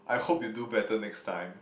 I hope you do better next time